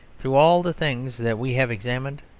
through all the things that we have examined,